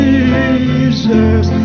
Jesus